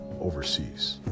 overseas